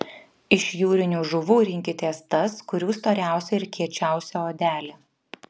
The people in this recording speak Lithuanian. iš jūrinių žuvų rinkitės tas kurių storiausia ir kiečiausia odelė